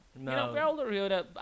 No